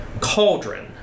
cauldron